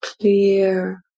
clear